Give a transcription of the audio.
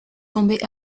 tombée